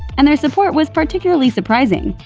and their support was particularly surprising,